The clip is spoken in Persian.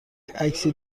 عکسی